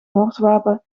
moordwapen